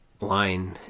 line